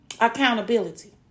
accountability